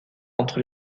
entre